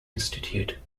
institute